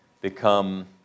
become